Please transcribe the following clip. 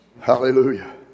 Hallelujah